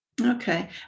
Okay